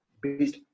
based